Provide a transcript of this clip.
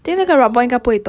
oh ya hor